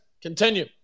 continue